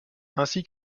ainsi